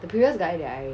the previous guy that I